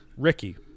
Ricky